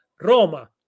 roma